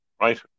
right